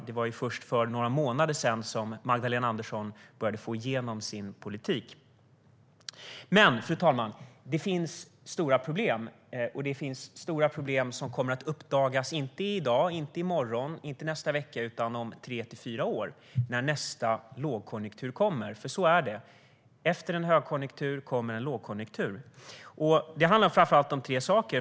Det var först för några månader sedan som Magdalena Andersson började få igenom sin politik. Men, fru talman, det finns stora problem som inte kommer att uppdagas i dag, inte i morgon, inte i nästa vecka utan om tre till fyra år när nästa lågkonjunktur kommer. Så är det, efter en högkonjunktur kommer en lågkonjunktur. Det handlar framför allt om tre saker.